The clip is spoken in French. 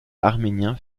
arméniens